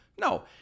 No